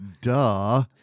Duh